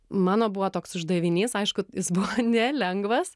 mano buvo toks uždavinys aišku jis buvo nelengvas